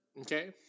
okay